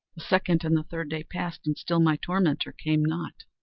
the second and the third day passed, and still my tormentor came not.